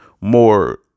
more